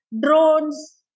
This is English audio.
drones